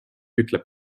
ütleb